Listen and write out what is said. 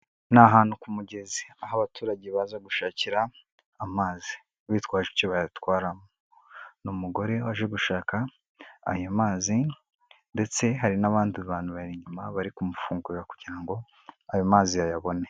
Ni ahantu ku mugezi aho abaturage baza gushakira amazi bitwaje icyo bayatwara, ni umugore waje gushaka ayo mazi ndetse hari n'abandi bantu bari inyuma bari kumufungurira kugira ngo ayo mazi ayabone.